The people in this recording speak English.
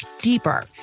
deeper